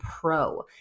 pro